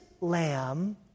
lamb